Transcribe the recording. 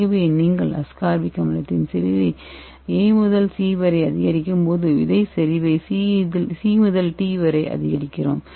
ஆகவே நீங்கள் அஸ்கார்பிக் அமிலத்தின் செறிவை ஏ முதல் சி வரை அதிகரிக்கும்போது விதை செறிவை சி முதல் டி வரை அதிகரிக்கிறோம்